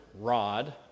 rod